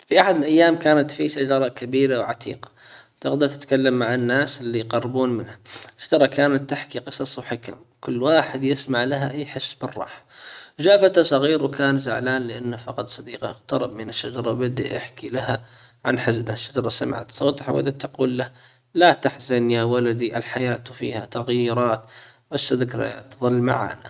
في احد الايام كانت في شجرة كبيرة وعتيقة. تقدر تتكلم مع الناس اللي يقربون منها الشجرة كانت تحكي قصص وحكم كل واحد يسمع لها يحس بالراحة جابته صغير وكان زعلان لانه فقد صديقه اقترب من الشجرة وبدأ يحكي لها عن حزنه الشجرة سمعت صوته حاولت تقول له لا تحزن يا ولدي الحياة فيها تغييرات بس ذكريات تظل معانا.